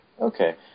okay